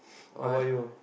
why